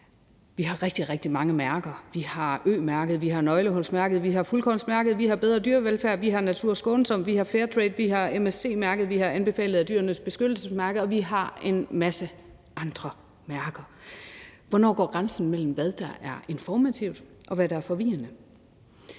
rigtig, rigtig mange mærker: Vi har Ø-mærket, vi har Nøglehulsmærket, vi har Fuldkornsmærket, vi har Bedre Dyrevelfærd, vi har NaturSkånsom, vi har Fair Trade, vi har MSC-mærket, vi har Anbefalet af Dyrenes Beskyttelse-mærket, og vi har en masse andre mærker. Hvor går grænsen mellem, hvad der er informativt, og hvad der er forvirrende?